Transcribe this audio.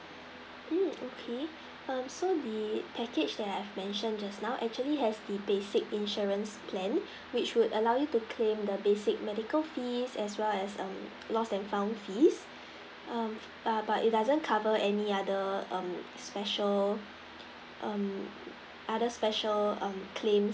um okay err so the package that I've mentioned just now actually has the basic insurance plan which would allow you to claim the basic medical fees as well as mm lost and found fees mm but it doesn't cover any other mm special mm other special mm claims